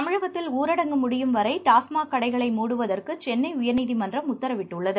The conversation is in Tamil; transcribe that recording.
தமிழகத்தில் ஊரடங்கு முடியும்வரை டாஸ்மாக் கடைகளை மூடுவதற்கு சென்னை உயர்நீதிமன்றம் உத்தரவிட்டுள்ளது